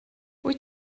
wyt